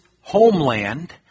homeland